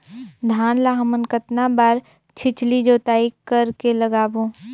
धान ला हमन कतना बार छिछली जोताई कर के लगाबो?